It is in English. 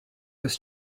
was